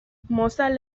mozal